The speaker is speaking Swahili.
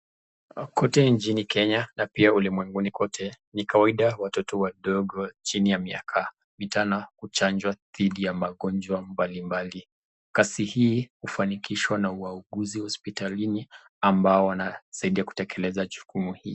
Kote inchi Kenya na pia ulimwengini kote ni kawaida watoto wadogo chini ya miaka mitano huchanjwa dhidi ya magonjwa mbali mbali. Kazi hii hufanikishwa na wauguzi hospitalini ambao wanasaidia kutekeleza jukumu hii.